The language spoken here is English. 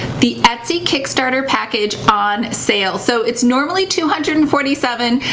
the etsy kickstarter package on sale. so it's normally two hundred and forty seven.